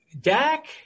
Dak –